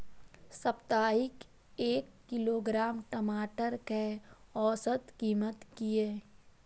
साप्ताहिक एक किलोग्राम टमाटर कै औसत कीमत किए?